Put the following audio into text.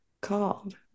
called